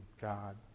God